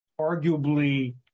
arguably